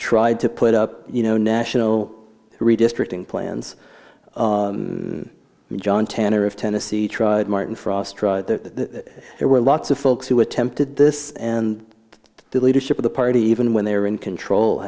tried to put up you know national redistricting plans and john tanner of tennessee tried martin frost tried that there were lots of folks who attempted this and the leadership of the party even when they were in control